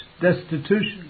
destitution